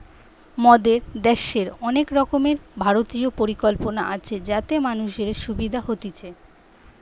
মোদের দ্যাশের অনেক রকমের ভারতীয় পরিকল্পনা আছে যাতে মানুষের সুবিধা হতিছে